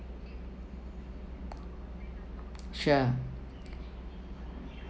sure